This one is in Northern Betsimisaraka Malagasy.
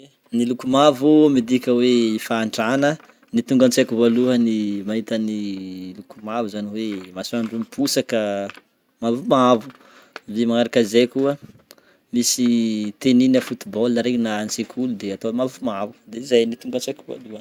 Ny loko mavo midika hoe fahantrana. Ny tonga antsaiko voalohany mahitan'ny loko mavo zany hoe masoandro miposaka mavomavo, avy eo magnaraka zay koa misy tenue na football regny na an-tsekoly de atao mavomavo de zegny ny tonga antsaiko voalohany.